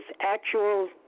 actual